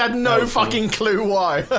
um no fucking clue why